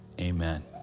Amen